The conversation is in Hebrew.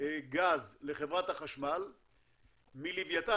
גז לחברת החשמל מלווייתן,